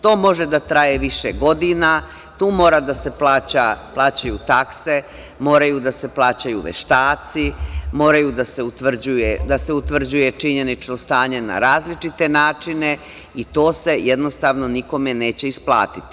To može da traje više godina, tu mora da se plaćaju takse, moraju da se plaćaju veštaci, mora da se utvrđuje činjenično stanje na različite načine i to se, jednostavno, nikome neće isplatiti.